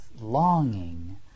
longing